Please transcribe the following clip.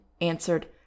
answered